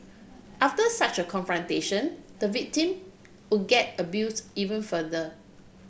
after such a confrontation the victim would get abused even further